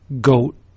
goat